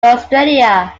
australia